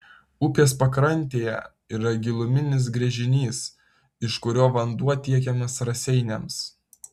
upės pakrantėje yra giluminis gręžinys iš kurio vanduo tiekiamas raseiniams